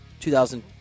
2000